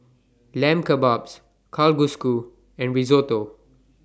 Lamb Kebabs Kalguksu and Risotto